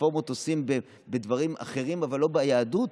עושים בדברים אחרים, אבל לא ביהדות.